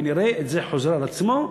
ונראה את זה חוזר על עצמו,